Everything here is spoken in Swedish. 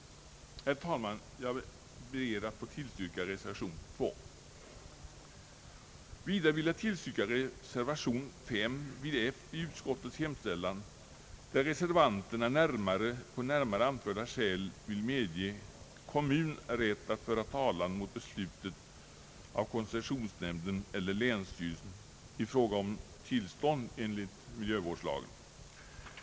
Herr talman! Jag ber att få yrka bifall till reservation II: Vidare vill jag yrka bifall till reservation V vid F i utskottets hemställan, där reservanterna på närmare anförda skäl vill medge kommun rätt att föra talan mot beslut av koncessionsnämnden eller länsstyrelsen i fråga om tillstånd enligt miljöskyddslagen.